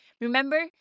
remember